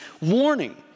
warning